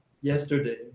yesterday